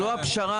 זו הפשרה